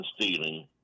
stealing